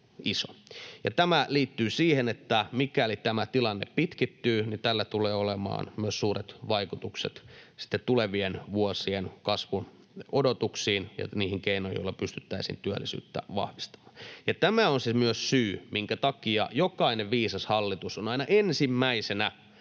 Tämä liittyy siihen, että mikäli tämä tilanne pitkittyy, niin tällä tulee olemaan suuret vaikutukset myös tulevien vuosien kasvuodotuksiin ja niihin keinoihin, joilla pystyttäisiin työllisyyttä vahvistamaan. Myös tämä on se syy, minkä takia jokainen viisas hallitus on aina ensimmäisenä,